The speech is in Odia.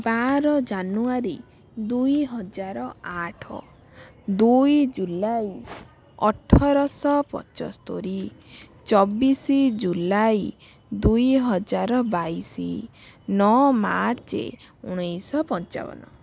ବାର ଜାନୁଆରୀ ଦୁଇହଜାର ଆଠ ଦୁଇ ଜୁଲାଇ ଅଠରଶହ ପଞ୍ଚସ୍ତୋରୀ ଚବିଶ ଜୁଲାଇ ଦୁଇହଜାର ବାଇଶ ନଅ ମାର୍ଚ୍ଚ ଉଣେଇଶହ ପଞ୍ଚାବନ